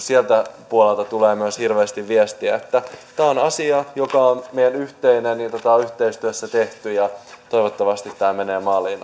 sieltä puolelta tulee myös hirveästi viestiä tämä on asia joka on meidän yhteinen ja jota on yhteistyössä tehty ja toivottavasti tämä menee maaliin